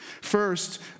First